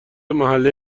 محله